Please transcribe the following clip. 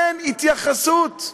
אין התייחסות,